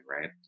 right